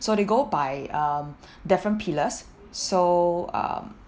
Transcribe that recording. so they go by um different pillars so um